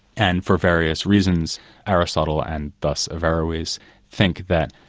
and for various reasons aristotle and thus averroes think that,